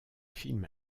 films